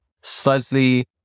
slightly